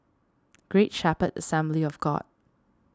Great Shepherd Assembly of God